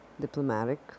diplomatic